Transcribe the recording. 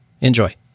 Enjoy